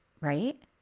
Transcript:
right